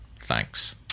Thanks